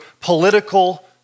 political